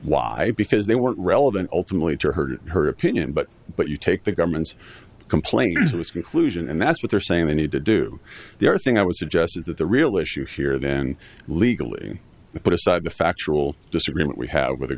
why because they weren't relevant ultimately to hurt her opinion but but you take the government's complaints with conclusion and that's what they're saying they need to do their thing i would suggest that the real issue here then legally put aside the factual disagreement we have